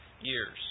years